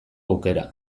aukera